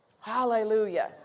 Hallelujah